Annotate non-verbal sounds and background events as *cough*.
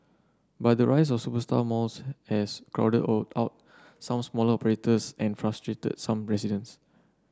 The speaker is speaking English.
but the rise of superstar malls has crowded *unintelligible* out some smaller operators and frustrated some residents